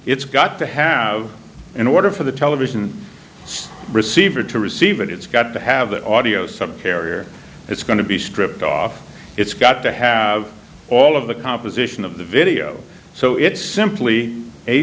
it's got to have in order for the television receiver to receive it it's got to have the audio sub carrier it's going to be stripped off it's got to have all of the composition of the video so it's simply a